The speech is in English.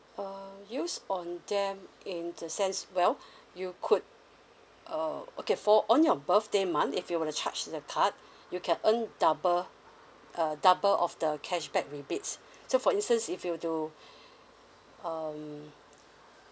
uh use on them in the sense well you could uh okay for on your birthday month if you were to charge to the card you can earn double uh double of the cashback rebates so for instance if you were to um